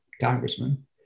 Congressman